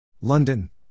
London